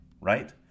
right